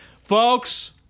Folks